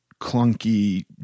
clunky